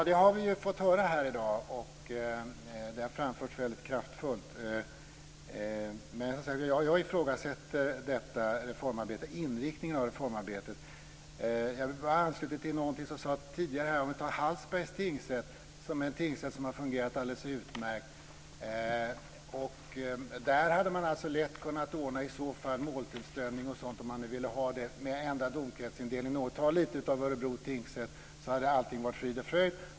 Fru talman! Vi har fått höra det i dag, och det har framförts väldigt kraftfullt. Men jag ifrågasätter inriktningen på detta reformarbete. Jag vill säga något med anledning av något som sades här tidigare. T.ex. Hallsbergs tingsrätt har fungerat alldeles utmärkt. Där hade man lätt kunnat ordna måltillströmning osv. om man ville ha det genom att ändra domkretsindelningen något och ta lite av Örebro tingsrätt. Då hade allting varit frid och fröjd.